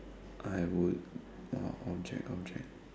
I would uh object object